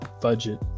budget